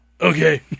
Okay